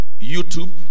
YouTube